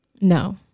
no